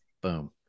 Boom